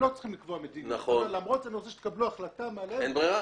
לקבל החלטה,